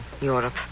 Europe